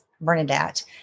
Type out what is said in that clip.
Bernadette